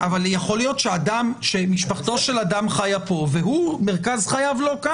בעניין של אדם שאין לו שום